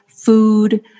Food